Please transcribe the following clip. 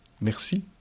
Merci